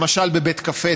למשל לבית קפה,